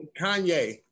Kanye